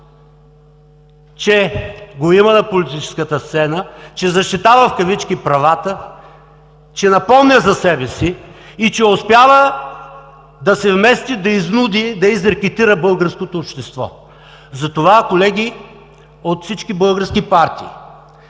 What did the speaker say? че воюва на политическата сцена, че „защитава“ правата, че напомня за себе си и че успява да се вмести, да изнуди, да изрекетира българското общество! Затова, колеги от всички български партии,